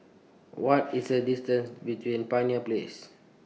What IS The distance between Pioneer Place